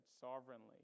sovereignly